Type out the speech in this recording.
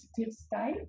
state